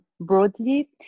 broadly